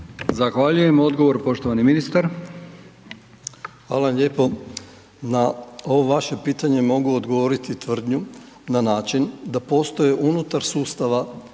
Zahvaljujem. Odgovor, poštovani ministar,